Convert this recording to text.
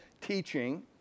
teaching